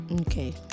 Okay